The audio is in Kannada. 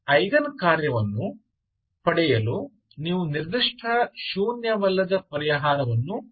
ಐಗನ್ ಕಾರ್ಯವನ್ನು ಪಡೆಯಲು ನೀವು ನಿರ್ದಿಷ್ಟ ಶೂನ್ಯವಲ್ಲದ ಪರಿಹಾರವನ್ನು ಹೊಂದಿರಬೇಕು